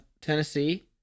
Tennessee